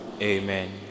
Amen